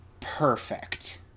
Perfect